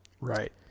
Right